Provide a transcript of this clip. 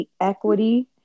equity